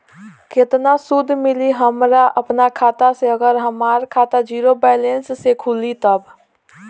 केतना सूद मिली हमरा अपना खाता से अगर हमार खाता ज़ीरो बैलेंस से खुली तब?